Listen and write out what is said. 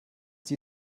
sie